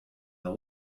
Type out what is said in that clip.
the